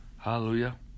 Hallelujah